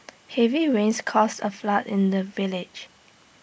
heavy rains caused A flood in the village